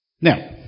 Now